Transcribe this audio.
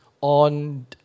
on